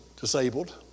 disabled